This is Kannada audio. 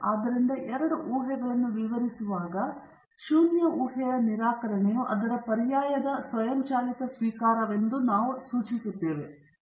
ಆದ್ದರಿಂದ ಎರಡು ಊಹೆಗಳನ್ನು ವಿವರಿಸುವಾಗ ಶೂನ್ಯ ಊಹೆಯ ನಿರಾಕರಣೆಯು ಅದರ ಪರ್ಯಾಯದ ಸ್ವಯಂಚಾಲಿತ ಸ್ವೀಕಾರವೆಂದು ನಾವು ಸೂಚಿಸುತ್ತೇವೆ